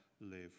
live